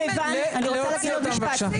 להוציא אותם בבקשה.